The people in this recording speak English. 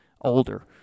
older